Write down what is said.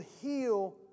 heal